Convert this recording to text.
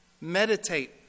meditate